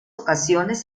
ocasiones